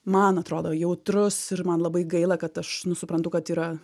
man atrodo jautrus ir man labai gaila kad aš nu suprantu kad yra